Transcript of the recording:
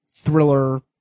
Thriller